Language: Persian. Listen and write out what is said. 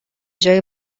جای